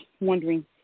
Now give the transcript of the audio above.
wondering